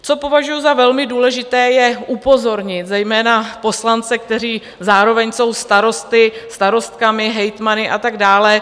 Co považuji za velmi důležité, je upozornit zejména poslance, kteří zároveň jsou starosty, starostkami, hejtmany a tak dále.